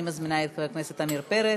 אני מזמינה את חבר הכנסת עמיר פרץ.